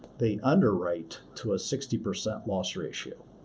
they underwrite to a sixty percent loss ratio.